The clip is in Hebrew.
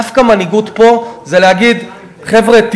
דווקא מנהיגות פה זה להגיד: חבר'ה,